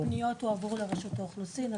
כל הפניות הועברו לרשות האוכלוסין,